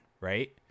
right